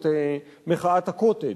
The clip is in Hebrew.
את מחאת ה"קוטג'",